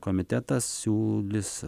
komitetas siūlys